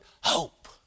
hope